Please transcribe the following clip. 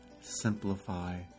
simplify